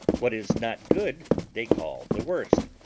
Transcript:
what is not good they call the worst,